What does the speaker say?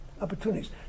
opportunities